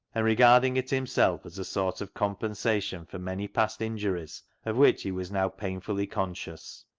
and regarding it himself as a sort of compensation for many past injuries of which he was now painfully conscious.